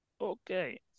Okay